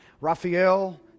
Raphael